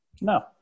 no